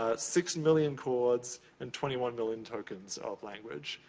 ah six and million chords, and twenty one million tokens of language.